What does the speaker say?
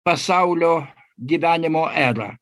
pasaulio gyvenimo erą